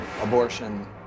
abortion